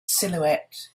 silhouette